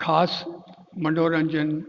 ख़ासि मनोरंजन